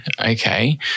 okay